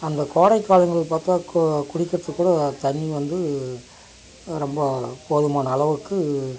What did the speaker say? அந்த கோடை காலங்கள் பார்த்தா கு குளிக்குறதுக்கு கூட தண்ணி வந்து ரொம்ப போதுமான அளவுக்கு